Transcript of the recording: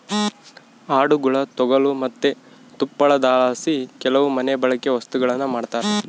ಆಡುಗುಳ ತೊಗಲು ಮತ್ತೆ ತುಪ್ಪಳದಲಾಸಿ ಕೆಲವು ಮನೆಬಳ್ಕೆ ವಸ್ತುಗುಳ್ನ ಮಾಡ್ತರ